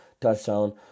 touchdown